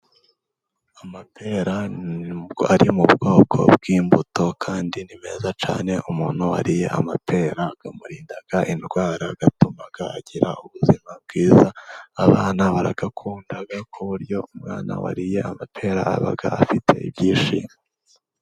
Amapera ari mu bwoko bw'imbuto kandi ni meza cyane, umuntu wariye amatera amurinda indwara, atuma agira ubuzima bwiza, abana barayakunda ku buryo umwana wariye amapera aba afite ibyishimo.